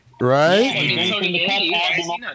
right